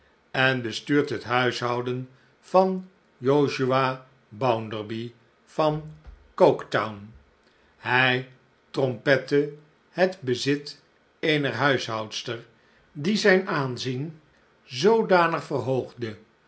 en be stuurt het huishouden van josiah bounderby van coketown hij trompette het bezit eener huishoudster die zijn aanzien zoodanig verhoogde